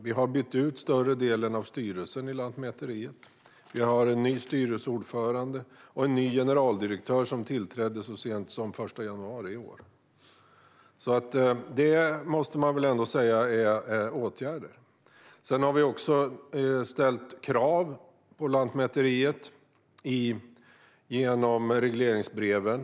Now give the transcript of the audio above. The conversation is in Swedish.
Vi har bytt ut större delen av styrelsen i Lantmäteriet och har en ny styrelseordförande och en ny generaldirektör som tillträdde så sent som den 1 januari i år. Det måste man väl ändå säga är åtgärder. Sedan har vi också ställt krav på Lantmäteriet genom regleringsbreven.